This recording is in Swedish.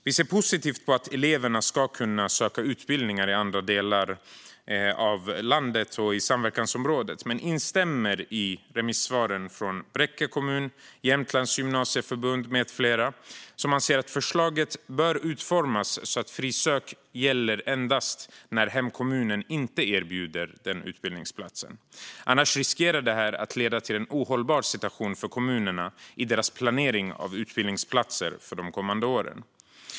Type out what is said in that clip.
Vi ser positivt på att eleverna ska kunna söka utbildningar i andra delar av landet och samverkansområdet men instämmer i remissvaren från Bräcke kommun, Jämtlands gymnasieförbund med flera, som anser att förslaget bör utformas så att frisök ska gälla endast när hemkommunen inte erbjuder den utbildningsplatsen. Annars riskerar detta att leda till en ohållbar situation för kommunerna i deras planering av utbildningsplatser för de kommande åren.